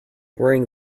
wearing